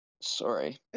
Sorry